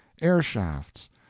air-shafts